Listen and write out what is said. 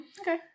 Okay